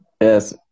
Yes